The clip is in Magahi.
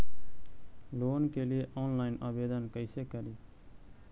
लोन के लिये ऑनलाइन आवेदन कैसे करि?